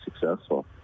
successful